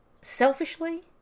selfishly